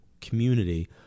community